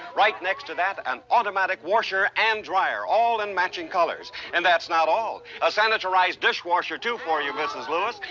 right next to that, an automatic washer and dryer, all in matching colors. and that's not all. a sanitarized dishwasher, too, for you, mrs. lewis.